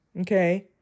Okay